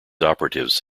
operatives